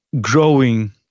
growing